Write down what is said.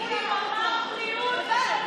איש נאלח.